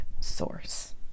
source